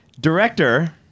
Director